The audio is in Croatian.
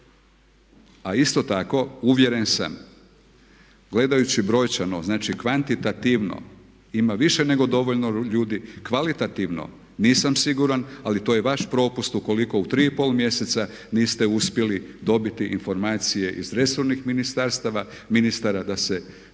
A isto tako uvjeren sam gledajući brojčano, znači kvantitativno ima više nego dovoljno ljudi, kvalitativno nisam siguran ali to je vaš propust ukoliko u 3,5 mjeseca niste uspjeli dobiti informacije iz resornih ministarstava ministara da se